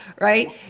Right